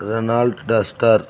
Renault duster